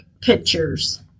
pictures